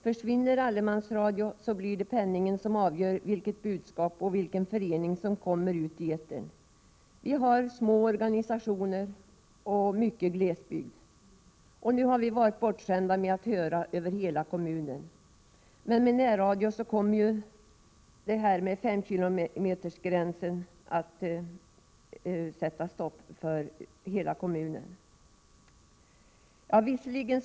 Försvinner allemansradion blir det penningen som avgör vilket budskap och vilken förening som kommer ut i etern. Vi har små organisationer och mycket glesbygd. Nu har vi varit bortskämda med att kunna höra allemansradions sändningar över hela kommunen. Men vad gäller närradion kommer femkilometersgränsen att sätta stopp för radiosändning över hela kommunen.